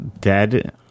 Dead